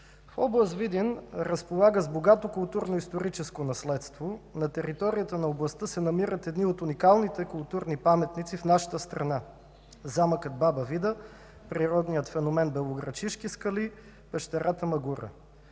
област Видин разполага с богато културно-историческо наследство. На територията на областта се намират едни от уникалните културни паметници в нашата страна – замъкът „Баба Вида”, природният феномен Белоградчишки скали, пещерата „Магура”,